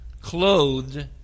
clothed